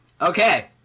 Okay